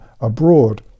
abroad